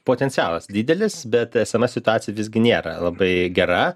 potencialas didelis bet esama situacija visgi nėra labai gera